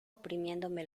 oprimiéndome